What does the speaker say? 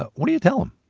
ah what do you tell them?